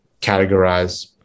categorize